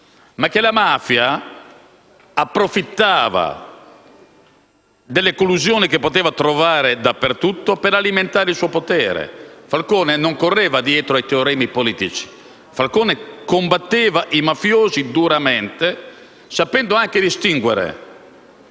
ma la mafia approfittava delle collusioni che poteva trovare dappertutto per alimentare il suo potere. Falcone non correva dietro ai teoremi politici, Falcone combatteva i mafiosi duramente, sapendo anche distinguere